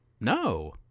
No